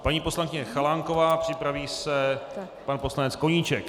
Paní poslankyně Chalánková, připraví se pan poslanec Koníček.